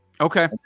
Okay